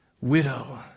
widow